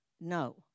No